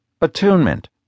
Attunement